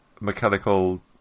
mechanical